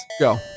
Go